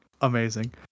Amazing